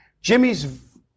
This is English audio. Jimmy's